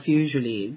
usually